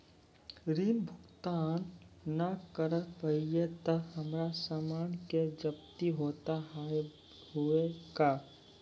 ऋण भुगतान ना करऽ पहिए तह हमर समान के जब्ती होता हाव हई का?